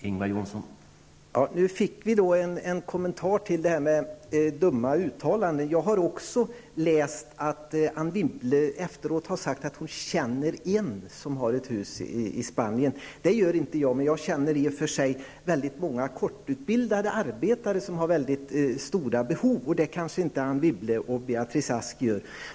Herr talman! Nu har vi fått en kommentar till talet om dumma uttalanden. Jag har också läst att Anne Wibble har sagt att hon känner en person som äger ett hus i Spanien. Jag gör inte det. Men jag känner i och för sig många kortutbildade arbetare som har stora behov. Det kanske inte Anne Wibble och Beatrice Ask gör.